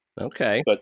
Okay